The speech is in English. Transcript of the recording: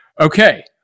Okay